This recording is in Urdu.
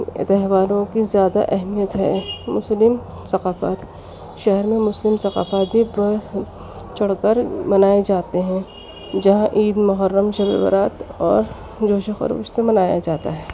تہواروں کی زیادہ اہمیت ہے مسلم ثقافت شہر میں مسلم ثقافت بھی بڑھ چڑھ کر منائے جاتے ہیں جہاں عید محرم شبِ برات اور جوش و خروش سے منایا جاتا ہے